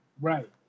Right